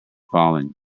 falling